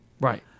Right